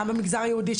גם במגזר היהודי,